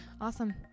Awesome